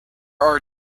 are